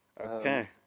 Okay